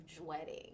wedding